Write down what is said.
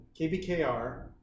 KBKR